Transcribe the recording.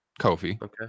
Kofi